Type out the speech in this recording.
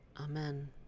Amen